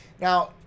Now